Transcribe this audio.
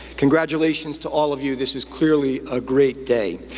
congratulations to all of you, this is clearly a great day.